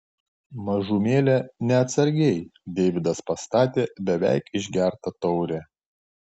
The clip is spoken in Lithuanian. mažumėlę neatsargiai deividas pastatė beveik išgertą taurę